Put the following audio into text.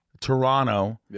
Toronto